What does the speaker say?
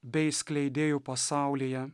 bei skleidėju pasaulyje